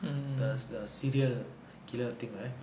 does the serial killer thing right ya